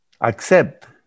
accept